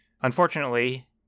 unfortunately